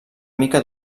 mica